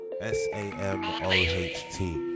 S-A-M-O-H-T